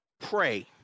pray